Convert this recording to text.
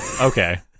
okay